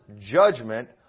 judgment